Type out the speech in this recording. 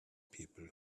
people